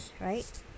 right